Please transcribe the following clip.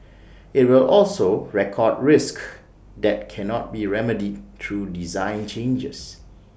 IT will also record risks that cannot be remedied through design changes